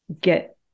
get